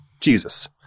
Jesus